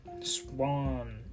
Swan